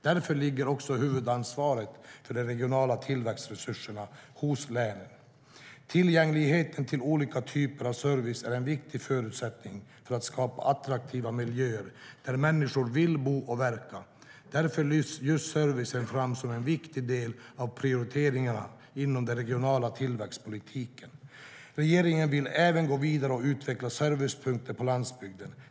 Därför ligger också huvudansvaret för de regionala tillväxtresurserna hos länen. Tillgängligheten till olika typer av service är en viktig förutsättning för att skapa attraktiva miljöer där människor vill bo och verka. Därför lyfts just servicen fram som en viktig del av prioriteringarna inom den regionala tillväxtpolitiken. Regeringen vill även gå vidare och utveckla servicepunkter på landsbygden.